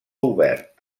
obert